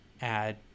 add